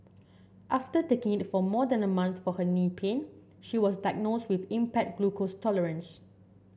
after taking it for more than a month for her knee pain she was diagnosed with impaired glucose tolerance